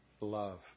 love